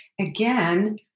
Again